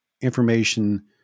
information